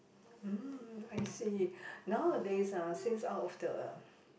mm I see nowadays ah since out of the